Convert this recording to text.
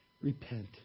repent